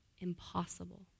impossible